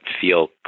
feel